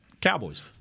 Cowboys